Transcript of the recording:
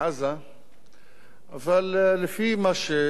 אבל לפי מה שיוצא לתקשורת,